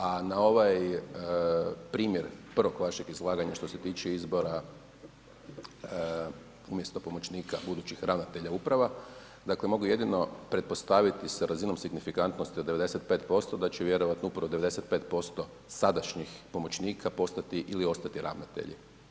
A na ovaj primjer prvog vašeg izlaganja što se tiče izbora umjesto pomoćnika budućih ravnatelja uprava, dakle mogu jedino pretpostaviti sa razinom signifikantnosti od 95% da će vjerojatno upravo 95% sadašnjih pomoćnika postati ili ostati ravnatelji.